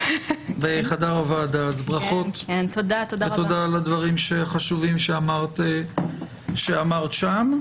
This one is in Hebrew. אז ברכות ותודה על הדברים החשובים שאמרת שם.